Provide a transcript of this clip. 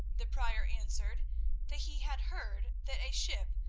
the prior answered that he had heard that a ship,